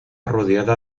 rodeada